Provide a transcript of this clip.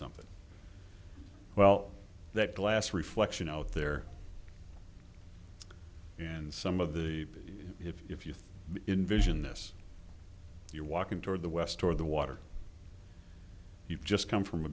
something well that glass reflection out there and some of the if you invision this you're walking toward the west toward the water you've just come from a